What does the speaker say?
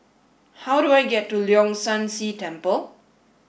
how do I get to Leong San See Temple